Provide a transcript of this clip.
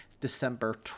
december